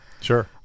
sure